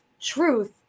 truth